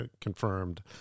confirmed